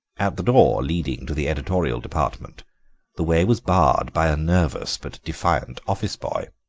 at the door leading to the editorial department the way was barred by a nervous but defiant office-boy.